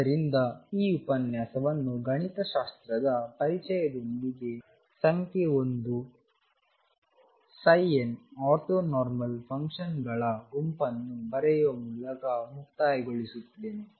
ಆದ್ದರಿಂದ ಈ ಉಪನ್ಯಾಸವನ್ನು ಗಣಿತಶಾಸ್ತ್ರದ ಪರಿಚಯದೊಂದಿಗೆ ಸಂಖ್ಯೆ 1 n ಆರ್ಥೋನಾರ್ಮಲ್ ಫಂಕ್ಷನ್ಗಳ ಗುಂಪನ್ನು ಬರೆಯುವ ಮೂಲಕ ಮುಕ್ತಾಯಗೊಳಿಸುತ್ತೇನೆ